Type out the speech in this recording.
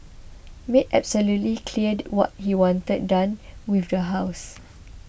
made absolutely clear what he wanted done with the house